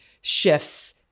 shifts